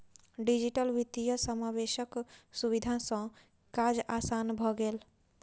digital वित्तीय समावेशक सुविधा सॅ काज आसान भ गेल